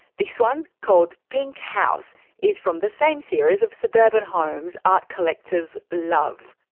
this one, called pink house is from the same series of suburban homes art collectors love.